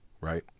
right